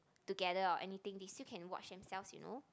together or anything they still can watch themselves you know